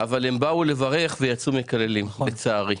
אבל הם באו לברך ויצאו מקללים, לצערי.